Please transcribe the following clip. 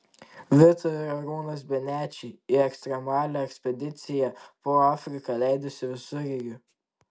vita ir arūnas benečiai į ekstremalią ekspediciją po afriką leidosi visureigiu